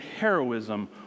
heroism